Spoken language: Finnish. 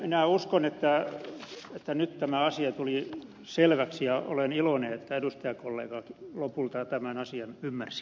minä uskon että nyt tämä asia tuli selväksi ja olen iloinen että edustajakollega lopulta tämän asian ymmärsi